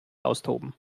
austoben